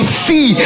see